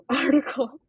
article